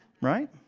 right